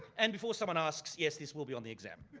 and before someone asks, yes, this will be on the exam.